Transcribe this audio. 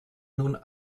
nun